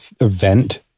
event